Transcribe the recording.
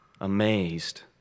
amazed